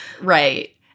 right